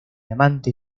amante